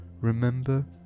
Remember